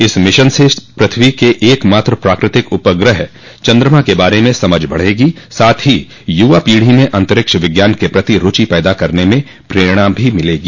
इस मिशन से पृथ्वी के एक मात्र प्राकृतिक उपग्रह चंद्रमा के बारे में समझ बढ़ेगी साथ ही युवा पीढ़ी में अंतरिक्ष विज्ञान के प्रति रूचि पैदा करने में प्रेरणा भी मिलेगी